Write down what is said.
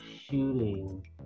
shooting